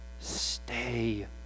Stay